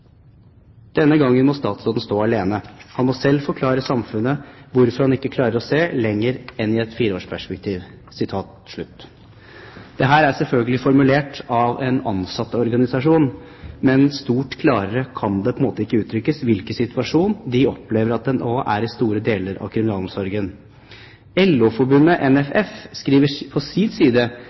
Denne gangen må statsråden stå alene. Han må selv forklare samfunnet hvorfor han ikke klarer å se lenger enn i et fireårsperspektiv.» Dette er selvfølgelig formulert av en ansatteorganisasjon, men stort klarere kan det ikke uttrykkes hvilken situasjon man nå opplever at det er i store deler av kriminalomsorgen. LO-forbundet Norsk Fengsels- og Friomsorgsforbund, NFF, skriver på sin side